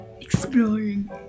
Exploring